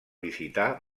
visità